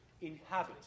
inhabit